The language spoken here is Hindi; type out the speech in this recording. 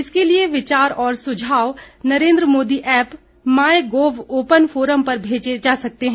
इसके लिए विचार और सुझाव Narendra Modi app MyGov open forum पर भेजे जा सकते हैं